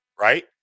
right